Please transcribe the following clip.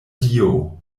dio